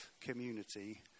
community